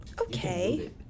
Okay